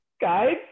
guys